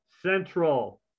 Central